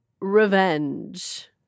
revenge